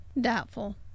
Doubtful